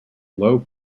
low